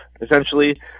essentially